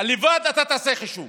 אתה תעשה חישוב